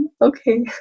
okay